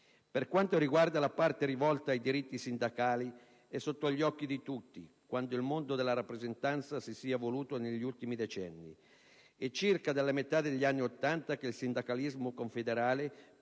Per quanto riguarda la parte rivolta ai diritti sindacali, è sotto gli occhi di tutti quanto il mondo della rappresentanza si sia evoluto negli ultimi decenni. È all'incirca dalla metà degli anni Ottanta che il sindacalismo confederale,